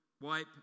wipe